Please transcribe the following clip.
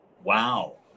Wow